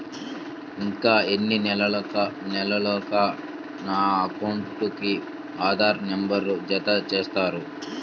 ఇంకా ఎన్ని నెలలక నా అకౌంట్కు ఆధార్ నంబర్ను జత చేస్తారు?